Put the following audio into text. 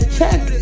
check